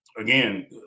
again